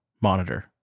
monitor